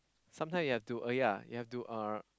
sometimes you have to oh ya you have to uh